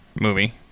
movie